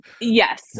Yes